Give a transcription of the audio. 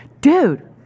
Dude